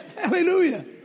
hallelujah